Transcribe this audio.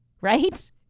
Right